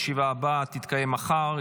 הישיבה הבאה תתקיים מחר,